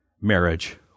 marriage